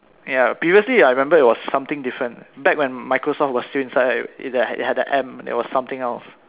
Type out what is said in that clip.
ya previously ya I remembered it was something different back when Microsoft was still inside right it had the M it was something else